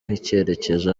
icyerekezo